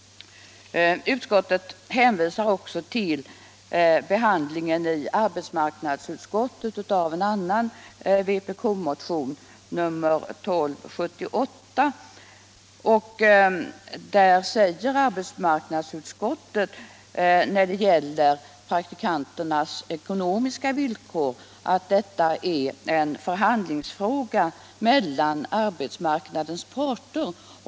Utskottet hänvisar också till behandlingen i arbetsmarknadsutskottet av en annan vpk-motion, nr 1278. Arbetsmarknadsutskottet anför i sitt betänkande att praktikanternas ekonomiska villkor måste bestämmas genom förhandlingar mellan arbetsmarknadens parter.